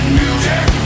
music